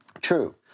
True